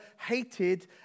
hated